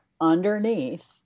underneath